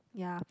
yeah